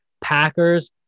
Packers